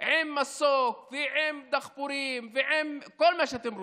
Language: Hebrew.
עם מסוק ועם דחפורים ועם כל מה שאתם רוצים.